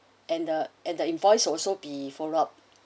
and the and the invoice also be follow up